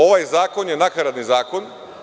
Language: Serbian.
Ovaj zakon je nakaradni zakon.